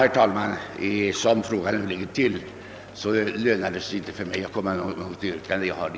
Herr talman! Som frågan nu ligger till lönar det sig inte för mig att komma med något yrkande.